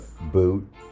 boot